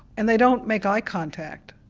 and they don't make eye contact.